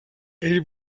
ell